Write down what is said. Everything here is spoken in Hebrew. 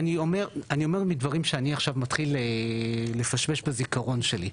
אני אומר דברים שאני עכשיו מתחיל לפשפש בזיכרון שלי.